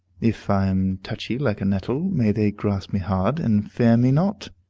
if i am touchy like a nettle, may they grasp me hard, and fear me not.